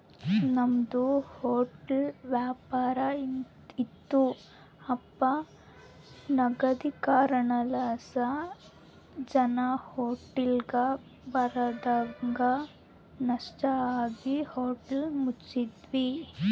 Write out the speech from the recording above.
ನಮ್ದು ಹೊಟ್ಲ ವ್ಯಾಪಾರ ಇತ್ತು ಅಪನಗದೀಕರಣಲಾಸಿ ಜನ ಹೋಟ್ಲಿಗ್ ಬರದಂಗ ನಷ್ಟ ಆಗಿ ಹೋಟ್ಲ ಮುಚ್ಚಿದ್ವಿ